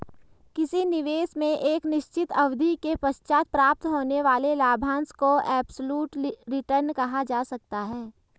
किसी निवेश में एक निश्चित अवधि के पश्चात प्राप्त होने वाले लाभांश को एब्सलूट रिटर्न कहा जा सकता है